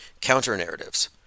Counter-narratives